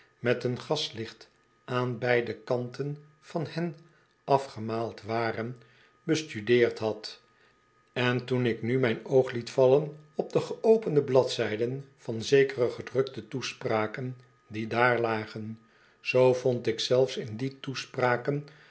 met een gastlicht aan beide kanten van hen afgemaaid waren bestudeerd had en toen ik nu myn oog liet vallen op de geopende bladzijden van zekere gedrukte toespraken die daar lagen zoo vond ik zelfs in die toespraken